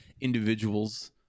individuals